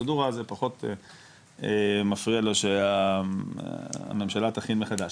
פרוצדורה זה פחות מפריע לו שהממשלה תכין מחדש.